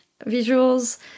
visuals